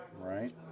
right